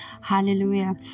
Hallelujah